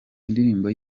indirimbo